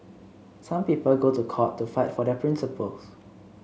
some people go to court to fight for their principles